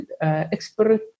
expert